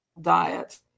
diet